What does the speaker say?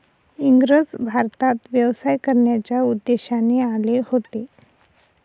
इंग्रज भारतात व्यवसाय करण्याच्या उद्देशाने आले होते